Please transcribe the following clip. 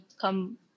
come